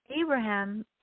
Abraham